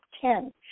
ten